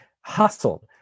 hustled